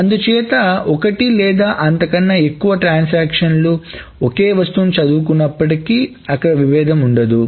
అందుచేత ఒకటి లేదా అంతకన్నా ఎక్కువ ట్రాన్సాక్షన్లు ఓకే వస్తువును చదువుతున్నప్పటికీ అక్కడ విభేదం ఉండదు